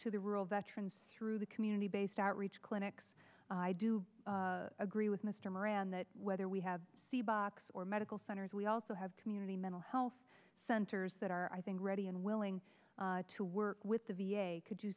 to the rural veterans through the community based outreach clinics i do agree with mr moran that whether we have the box or medical centers we also have community mental health centers that are i think ready and willing to work with the v a could you